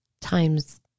times